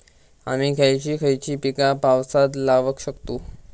आम्ही खयची खयची पीका पावसात लावक शकतु?